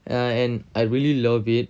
and uh and I really love it